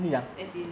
as in